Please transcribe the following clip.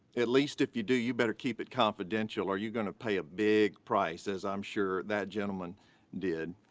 at least if you do you better keep it confidential or you're gonna pay a big price, as i'm sure that gentleman did.